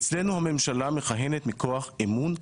אצלנו הממשלה מכהנת מכוח אמון הכנסת.